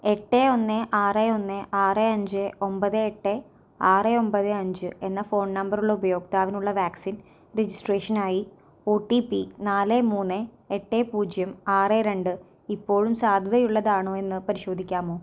എട്ട് ഒന്ന് ആറ് ഒന്ന് ആറ് അഞ്ച് ഒൻപത് എട്ട് ആറ് ഒൻപത് അഞ്ച് എന്ന ഫോൺ നമ്പറുള്ള ഉപയോക്താവിനുള്ള വാക്സിൻ രജിസ്ട്രേഷനായി ഒ ട്ടി പ്പി നാല് മൂന്ന് എട്ട് പൂജ്യം ആറ് രണ്ട് ഇപ്പോഴും സാധുതയുള്ളതാണോ എന്ന് പരിശോധിക്കാമോ